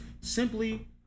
simply